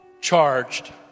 charged